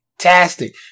Fantastic